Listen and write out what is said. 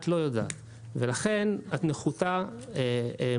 את לא יודעת ולכן את נחותה מולו.